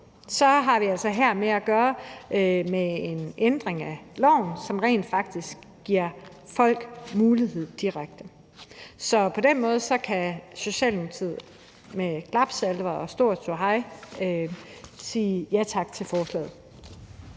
at vi altså her har at gøre med en ændring af loven, som rent faktisk giver folk en direkte mulighed. Så derfor kan Socialdemokratiet med klapsalver og stor ståhej sige ja tak til forslaget.